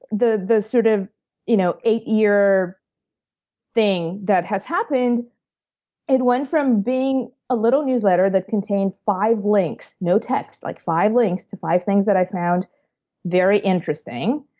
the the sort of you know eight-year thing that has happened it went from being a little newsletter that contained five links, no text like five links to five things that i found very interesting.